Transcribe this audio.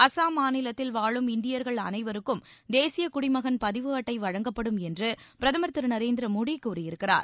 அஸ்ஸாம் மாநிலத்தில் வாழும் இந்தியர்கள் அனைவருக்கும் தேசிய குடிமகன் பதிவு அட்டை வழங்கப்படும் என்று பிரதமர் திரு நரேந்திர மோடி கூறியிருக்கிறார்